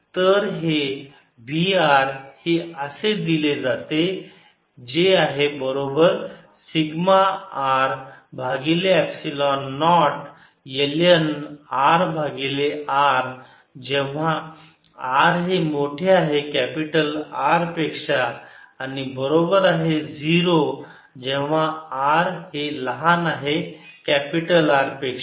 तर हे v r हे असे दिले जाते हे आहे सिग्मा R भागिले एप्सिलॉन नॉट ln R भागिले r जेव्हा r हे मोठे आहे कॅपिटल R पेक्षा आणि बरोबर आहे 0 जेव्हा r लहान आहे कॅपिटल R पेक्षा